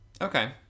Okay